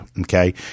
Okay